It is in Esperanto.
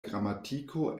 gramatiko